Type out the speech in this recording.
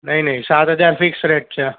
નહીં નહીં સાત હજાર ફિક્સ રેટ છે